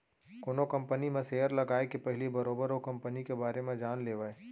कोनो कंपनी म सेयर लगाए के पहिली बरोबर ओ कंपनी के बारे म जान लेवय